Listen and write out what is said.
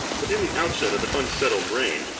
but in the outset of an unsettled reign,